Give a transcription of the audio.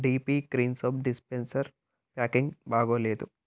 DP cream soap dispenser packing బాగాలేదు